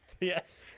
yes